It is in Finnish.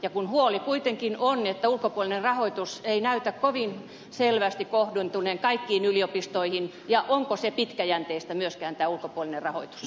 ja kun huoli kuitenkin on että ulkopuolinen rahoitus ei näytä kovin selvästi kohdentuneen kaikkiin yliopistoihin niin onko se pitkäjänteistä myöskään tämä ulkopuolinen rahoitus